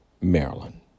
Maryland